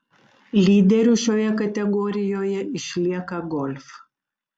lyderiu šioje kategorijoje išlieka golf